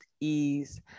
ease